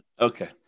Okay